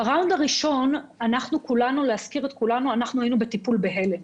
בסיבוב הראשון היינו כולנו בטיפול בהלם,